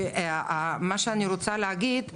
מה שאני רוצה להגיד,